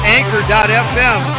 Anchor.fm